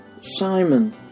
Simon